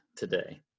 Today